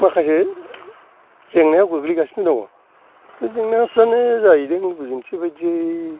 माखासे जेंनायाव गोग्लैगासिनो दङ जेंनाफ्रानो जायैदों बिदिन्थि बादियै